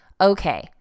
Okay